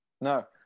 No